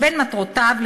שבין מטרותיו,